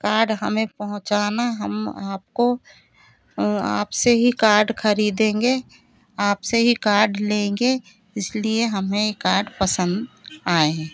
card हमें पहुँचाना हम आपको आपसे ही कार्ड ख़रीदेंगे आपसे ही कार्ड लेंगे इसलिए हमें यह कार्ड पसंद आए हैं